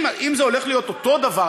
אם זה הולך להיות אותו דבר,